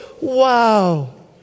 wow